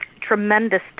tremendous